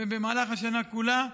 ובמהלך השנה כולה,